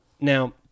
Now